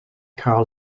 carl